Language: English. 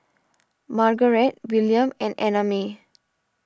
Margaret Willam and Annamae